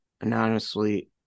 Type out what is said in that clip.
anonymously